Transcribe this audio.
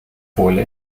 hole